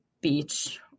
beach